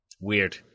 Weird